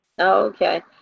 Okay